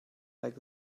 like